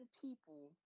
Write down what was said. people